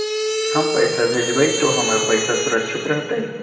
हम पैसा भेजबई तो हमर पैसा सुरक्षित रहतई?